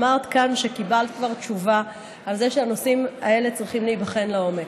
אמרת כאן שקיבלת כבר תשובה על זה שהנושאים האלה צריכים להיבחן לעומק.